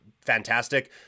fantastic